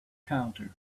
counter